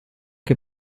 che